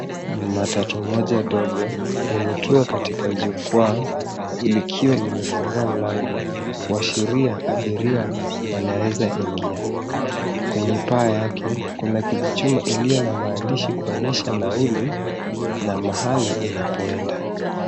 Matatu moja ndogo imetua katika jukwaa, likiwa limefungua mlango, kuashiria abiria wanaeza ingia. Kwenye paa yake, kuna kijichuma iliyo na maandishi kuonesha nauli na mahali inapoenda.